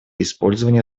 использования